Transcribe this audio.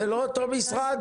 זה לא אותו משרד?